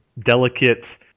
delicate